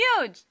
Huge